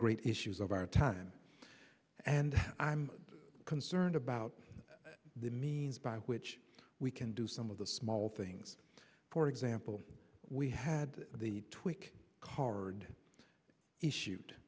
great issues of our time and i'm concerned about the means by which we can do some of the small things for example we had the tweak card shoot